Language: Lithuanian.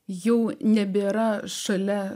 jau nebėra šalia